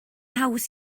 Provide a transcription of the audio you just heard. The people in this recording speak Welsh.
haws